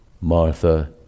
Martha